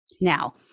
Now